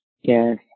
Yes